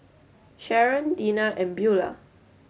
Sharon Deena and Beula